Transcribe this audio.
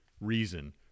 reason